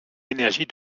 énergie